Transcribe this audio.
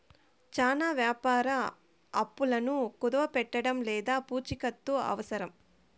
చానా వ్యాపార అప్పులను కుదవపెట్టడం లేదా పూచికత్తు అవసరం